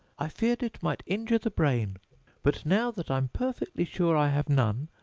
i feared it might injure the brain but, now that i'm perfectly sure i have none,